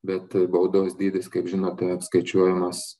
bet baudos dydis kaip žinote apskaičiuojamas